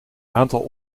aantal